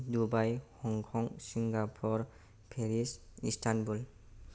Dubai Hong Kong Singapore Paris Istanbul